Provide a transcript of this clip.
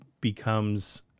becomes